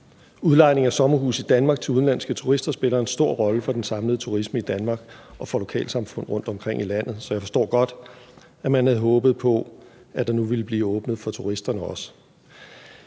Udlejning af sommerhuse i Danmark til udenlandske turister spiller en stor rolle for den samlede turisme i Danmark og for lokalsamfund rundtomkring i landet, så jeg forstår godt, at man havde håbet på, at der nu ville blive åbnet også for turisterne.